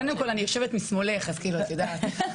קודם כל, אני יושבת משמאלך אז את יודעת.